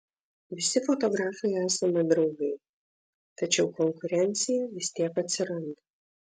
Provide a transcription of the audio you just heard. visi fotografai esame draugai tačiau konkurencija vis tiek atsiranda